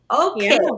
okay